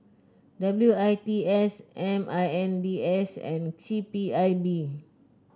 W I T S M I N D S and C P I B